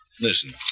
Listen